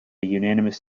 unanimous